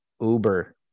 Uber